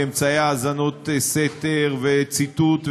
באמצעי האזנות סתר וציתות?